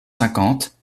cinquante